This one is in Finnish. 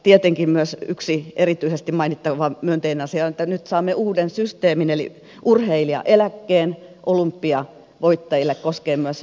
tietenkin myös yksi erityisesti mainittava myönteinen asia on että nyt saamme uuden systeemin eli urheilijaeläkkeen olympiavoittajille koskee myös paralympialaisvoittajia